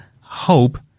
hope